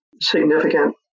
significant